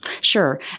Sure